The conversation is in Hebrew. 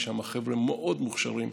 יש שם חבר'ה מאוד מוכשרים.